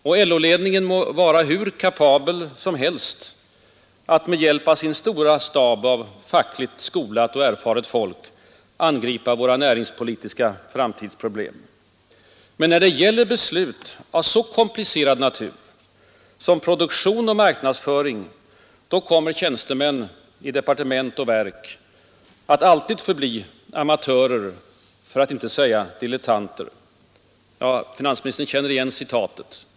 LO-ledningen må vara hur kapabel som helst att med hjälp av sin stora stab av fackligt skolat och erfaret folk angripa våra näringspolitiska framtidsproblem. Men när det gäller beslut av så komplicerad natur som ”produktion och marknadsföring kommer tjänstemän i departement och verk alltid att förbli amatörer för att inte säga dilettanter”. Finansministern känner igen citatet.